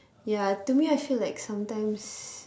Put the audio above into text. ya to me I feel like sometimes